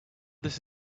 this